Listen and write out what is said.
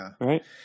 right